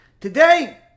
Today